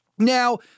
Now